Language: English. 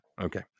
Okay